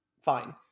fine